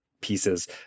pieces